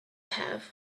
have